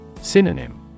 Synonym